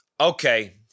okay